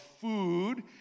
food